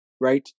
right